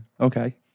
Okay